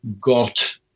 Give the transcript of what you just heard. got